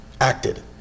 acted